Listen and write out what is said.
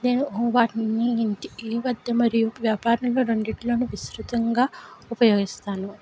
నేను గు వాటిని ఇంటికి మరియు వ్యాపారంలో రెండిట్లోనూ విస్తృతంగా ఉపయోగిస్తాను